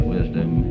wisdom